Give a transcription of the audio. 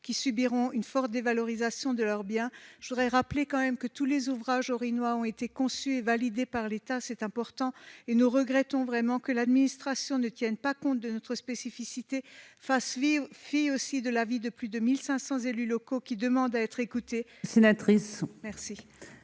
qui subiront une forte dévalorisation de leurs biens. Je voudrais rappeler que tous les ouvrages haut-rhinois ont été conçus et validés par l'État- c'est important -et nous regrettons que l'administration ne tienne pas compte de notre spécificité et fasse fi de l'avis de plus de 1 500 élus locaux, qui demandent à être écoutés. La parole est